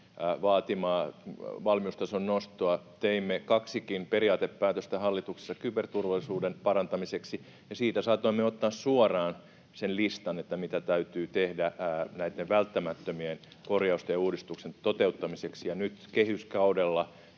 vaatimaa valmiustason nostoa teimme hallituksessa kaksikin periaatepäätöstä kyberturvallisuuden parantamiseksi, ja siitä saatoimme ottaa suoraan sen listan, mitä täytyy tehdä näitten välttämättömien korjausten ja uudistusten toteuttamiseksi, ja nyt kehyskaudella